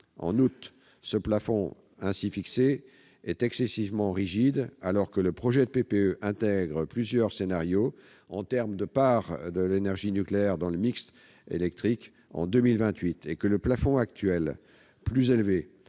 En outre, le plafond ainsi fixé est excessivement rigide, alors que le projet de PPE intègre plusieurs scénarios en termes de part de l'énergie nucléaire dans le mix électrique en 2028 et que le plafond actuel, plus élevé,